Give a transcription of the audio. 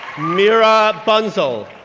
mira bansal,